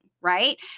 Right